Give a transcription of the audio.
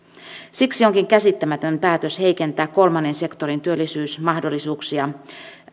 siksi onkin käsittämätön päätös heikentää kolmannen sektorin työllistämismahdollisuuksia